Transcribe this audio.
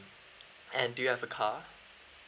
and do you have a car